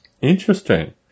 Interesting